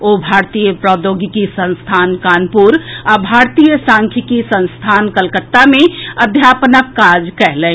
ओ भारतीय प्रौद्योगिकी संस्थान कानपुर आ भारतीय सांख्यिकी संस्थान कलकत्ता मे अध्यापनक कार्य कयलनि